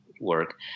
work